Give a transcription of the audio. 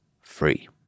free